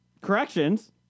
Corrections